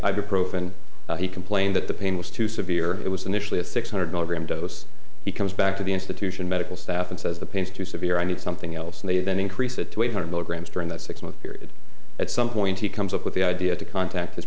ibuprofen he complained that the pain was too severe it was initially a six hundred milligram dose he comes back to the institution medical staff and says the pains too severe i need something else and then increase it to eight hundred milligrams during that six month period at some point he comes up with the idea to contact his